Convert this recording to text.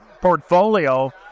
portfolio